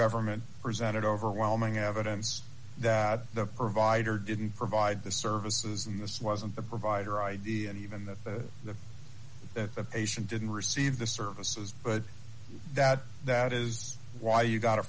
government presented overwhelming evidence that the provider didn't provide the services in this wasn't the provider id and even that the that the patient didn't receive the services but that that is why you got